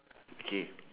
okay